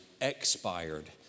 expired